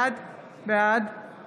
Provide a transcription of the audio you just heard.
בעד